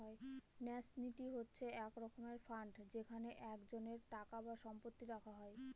ন্যাস নীতি হচ্ছে এক রকমের ফান্ড যেখানে একজনের টাকা বা সম্পত্তি রাখা হয়